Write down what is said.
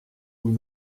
vous